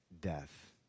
death